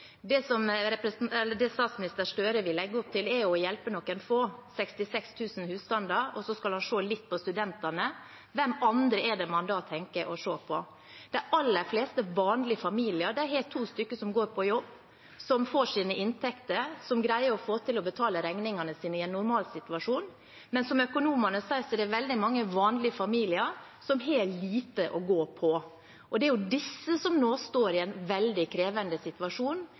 Det statsminister Støre vil legge opp til, er å hjelpe noen få – 66 000 husstander – og så skal han se litt på studentene. Hvem andre er det man da tenker å se på? De aller fleste vanlige familier har to stykker som går på jobb, får sine inntekter og greier å få til å betale regningene sine i en normalsituasjon, men som økonomene sier, er det veldig mange vanlige familier som har lite å gå på. Det er disse som nå står i en veldig krevende situasjon,